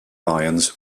lions